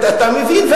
אתה מבין,